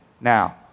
Now